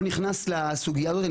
אני לא נכנס לסוגיה הזאת,